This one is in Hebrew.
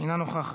אינה נוכחת,